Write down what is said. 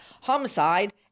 homicide